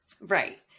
right